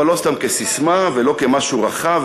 אבל לא סתם כססמה ולא כמשהו רחב,